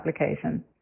application